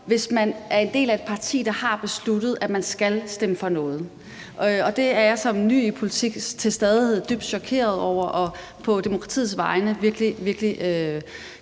hvis man er en del af et parti, der har besluttet, at man skal stemme for noget. Det er jeg som ny i politik til stadighed dybt chokeret over og på demokratiets vegne virkelig, virkelig